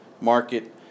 market